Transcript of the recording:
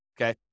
okay